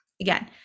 again